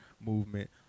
movement